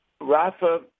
Rafa